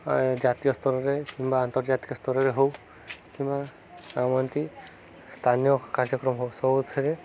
ଜାତୀୟ ସ୍ତରରେ କିମ୍ବା ଆନ୍ତର୍ଜାତୀୟ ସ୍ତରରେ ହଉ କିମ୍ବା ଆମ ଏମତି ସ୍ଥାନୀୟ କାର୍ଯ୍ୟକ୍ରମ ହଉ ସବୁଥିରେ